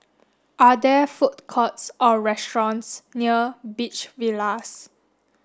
are there food courts or restaurants near Beach Villas